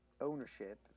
ownership